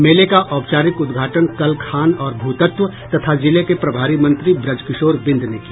मेले का औपचारिक उद्घाटन कल खान और भूतत्व तथा जिले के प्रभारी मंत्री ब्रजकिशोर बिंद ने किया